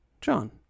john